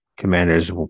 commanders